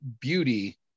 beauty